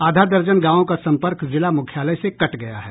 आधा दर्जन गांवों का संपर्क जिला मुख्यालय से कट गया है